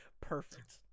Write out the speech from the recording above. Perfect